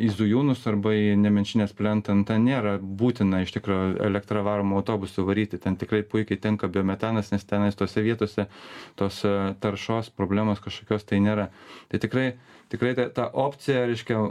į zujūnus arba į nemenčinės plentą nu ten nėra būtina iš tikro elektra varomu autobusu varyti ten tikrai puikiai tinka biometanas nes tenais tose vietose tos taršos problemos kažkokios tai nėra tai tikrai tikrai ta opcija reiškia